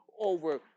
over